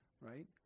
right